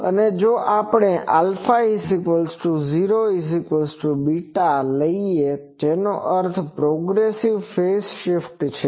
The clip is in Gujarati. અને જો આપણે α0β લઈએ જેનો અર્થ પ્રોગ્રેસીવ ફેઝ શિફ્ટ છે